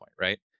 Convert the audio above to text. right